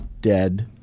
dead